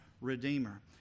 Redeemer